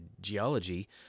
geology